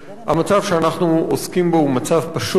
המצב שאנחנו עוסקים בו הוא מצב פשוט,